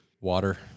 Water